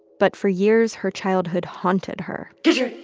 but for years, her childhood haunted her get your.